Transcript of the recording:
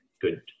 good